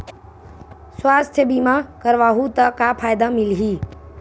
सुवास्थ बीमा करवाहू त का फ़ायदा मिलही?